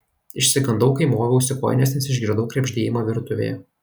išsigandau kai moviausi kojines nes išgirdau krebždėjimą virtuvėje